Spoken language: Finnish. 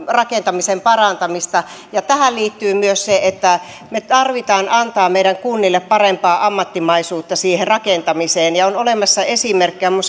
rakentamisen parantamista tähän liittyy myös se että meidän tarvitsee antaa meidän kunnille parempaa ammattimaisuutta siihen rakentamiseen on olemassa esimerkkejä muun muassa